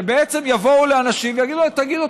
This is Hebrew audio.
שבעצם יבואו לאנשים ויגידו להם: תגידו